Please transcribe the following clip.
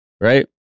Right